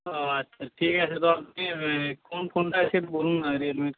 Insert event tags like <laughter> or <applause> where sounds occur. ও আচ্ছা ঠিক আছে তো আপনি <unintelligible> কোন ফোনটা আছে বলুন না রিয়েলমির